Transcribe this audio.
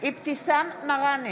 אבתיסאם מראענה,